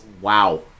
wow